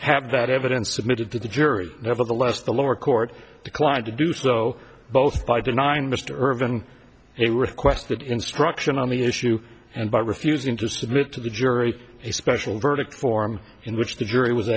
have that evidence submitted to the jury nevertheless the lower court declined to do so both by denying mr ervin a request that instruction on the issue and by refusing to submit to the jury a special verdict form in which the jury was